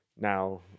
Now